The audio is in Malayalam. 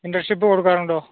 ഇൻറ്റെൺഷിപ്പ് കൊടുക്കാറുണ്ടോ